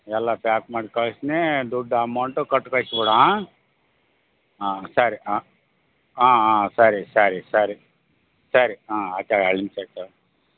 ಎಲ್ಲ ಪ್ಯಾಕ್ ಮಾಡಿ ಕಳಿಸ್ತೀನಿ ದುಡ್ಡು ಅಮೌಂಟು ಕೊಟ್ ಕಳಿಸ್ಬಿಡು ಹಾಂ ಸರಿ ಹಾಂ ಹಾಂ ಹಾಂ ಸರಿ ಸರಿ ಸರಿ ಸರಿ